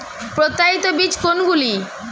প্রত্যায়িত বীজ কোনগুলি?